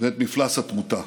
ואת מפלס התמותה.